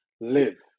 live